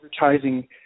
advertising